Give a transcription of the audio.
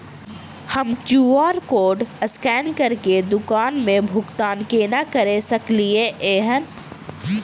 हम QR code scan करके दुकान मे भुगतान केना करऽ सकलिये एहन?